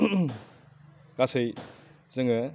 गासै जोङो